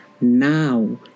now